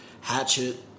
Hatchet